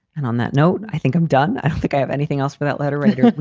and on that note, i think i'm done. i don't think i have anything else for that letter writer.